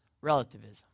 relativism